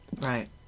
Right